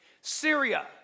Syria